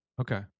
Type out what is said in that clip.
Okay